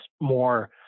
more